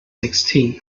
sixteen